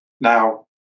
Now